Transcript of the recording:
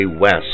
West